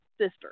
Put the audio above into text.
sister